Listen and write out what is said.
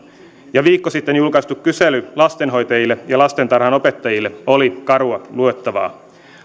ja viikko sitten julkaistu kysely lastenhoitajille ja lastentarhanopettajille oli karua luettavaa